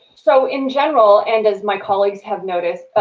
so, in general and as my colleagues have noticed